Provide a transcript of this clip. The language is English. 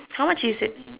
how much is it